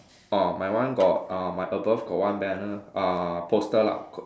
orh my one got uh my above got one banner uh poster lah quote